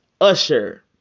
Usher